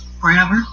forever